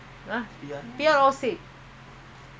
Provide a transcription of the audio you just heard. then the government give back the money at the age of fifty